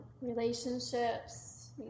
Relationships